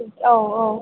औ औ